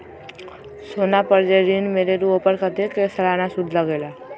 सोना पर जे ऋन मिलेलु ओपर कतेक के सालाना सुद लगेल?